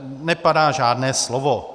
Nepadá žádné slovo.